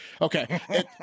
Okay